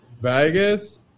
Vegas